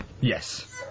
yes